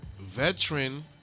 veteran